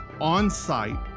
on-site